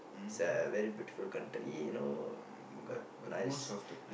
it's a very beautiful country you know got nice